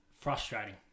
Frustrating